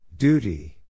Duty